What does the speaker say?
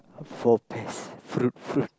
four pest fruit fruit